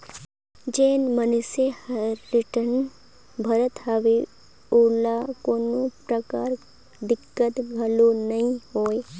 जेन मइनसे हर रिटर्न भरत हवे ओला कोनो परकार दिक्कत घलो नइ होवे